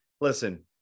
listen